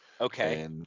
okay